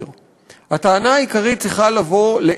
הטענה העיקרית צריכה לבוא למקום אחר.